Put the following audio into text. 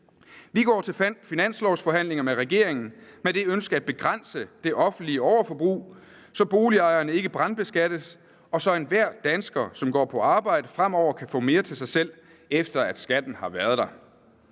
Vi går til finanslovsforhandlinger med regeringen med det ønske at begrænse det offentlige overforbrug, så boligejerne ikke brandbeskattes, og så enhver dansker, som går på arbejde, fremover kan få mere til sig selv, efter at skatten har været der.